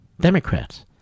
Democrats